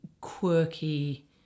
quirky